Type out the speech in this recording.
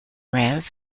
rev